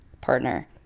partner